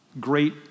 great